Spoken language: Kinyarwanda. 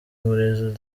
muri